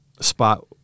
spot